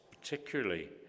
particularly